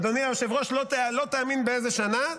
אדוני היושב-ראש, לא תאמין באיזו שנה: